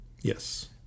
Yes